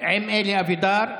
עם אלי אבידר.